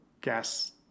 gas